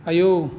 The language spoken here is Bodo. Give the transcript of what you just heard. आयौ